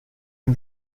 une